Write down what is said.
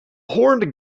horned